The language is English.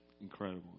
Incredible